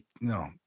no